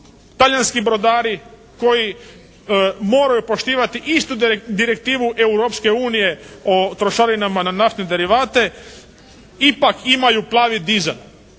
talijanski brodari koji moraju poštivati istu direktivu Europske unije o trošarinama na naftne derivate ipak imalu plavi dizel